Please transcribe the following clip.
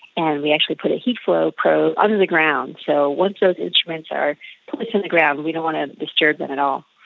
and we actually put a heat flow probe under the ground. so once those instruments are put in um the ground and we don't want to disturb them at all.